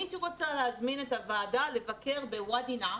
אני הייתי רוצה להזמין את הוועדה לבקר בוואדי נעם